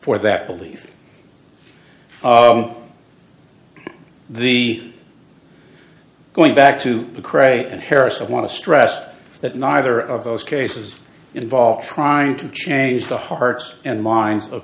for that belief the going back to the cray and harris i want to stress that neither of those cases involve trying to change the hearts and minds of